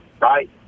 right